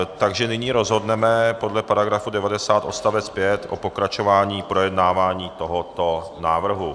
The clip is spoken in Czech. Takže nyní rozhodneme podle § 90 odst. 5 o pokračování projednávání tohoto návrhu.